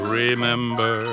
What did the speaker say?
remember